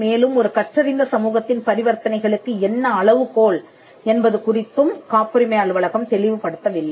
மேலும் ஒரு கற்றறிந்த சமூகத்தின் பரிவர்த்தனைகளுக்கு என்ன அளவுகோல் என்பது குறித்தும் காப்புரிமை அலுவலகம் தெளிவுபடுத்தவில்லை